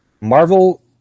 Marvel